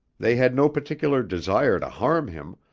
they had no particular desire to harm him,